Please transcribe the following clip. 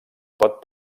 pot